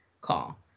call